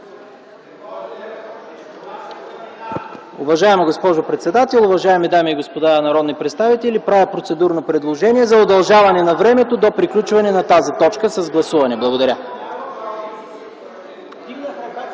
Уважаема госпожо председател, уважаеми дами и господа народни представители! Правя процедурно предложение за удължаване на времето до приключване на тази точка с гласуване. Благодаря.